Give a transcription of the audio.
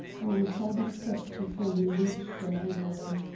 or we shall be stopped before we reach the library.